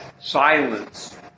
silence